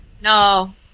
No